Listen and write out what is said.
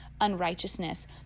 unrighteousness